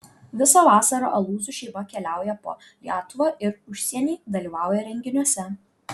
visą vasarą alūzų šeima keliauja po lietuvą ir užsienį dalyvauja renginiuose